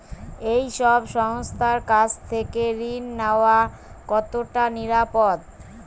এই সব সংস্থার কাছ থেকে ঋণ নেওয়া কতটা নিরাপদ?